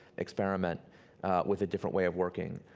experiment with a different way of working.